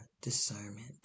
discernment